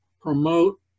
promote